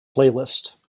playlist